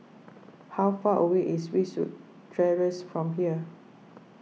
how far away is Eastwood Terrace from here